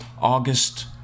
August